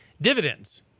Dividends